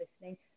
listening